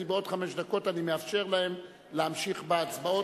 כי בעוד חמש דקות אני מאפשר להם להמשיך בהצבעות,